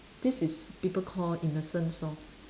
this is people call innocence lor